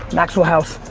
maxwell house.